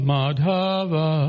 Madhava